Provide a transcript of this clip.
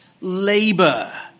labor